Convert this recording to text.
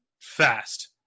fast